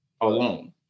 alone